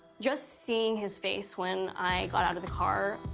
just seeing his face when i got out of the car,